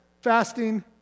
fasting